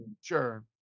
Sure